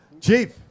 Chief